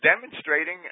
demonstrating